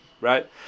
right